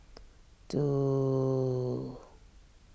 two